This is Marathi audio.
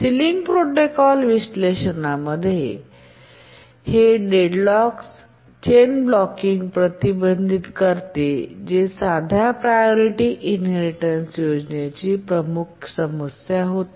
सिलिंग प्रोटोकॉल विश्लेषणामध्ये हे डेडलॉक्स चेन ब्लॉकिंग प्रतिबंधित करते जे साध्या प्रायोरिटी इनहेरिटेन्स योजनेची प्रमुख समस्या होती